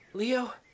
Leo